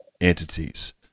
entities